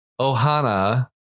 Ohana